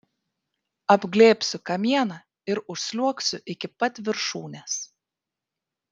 apglėbsiu kamieną ir užsliuogsiu iki pat viršūnės